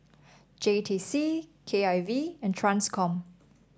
J T C K I V and Transcom